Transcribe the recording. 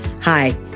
Hi